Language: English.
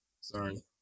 Sorry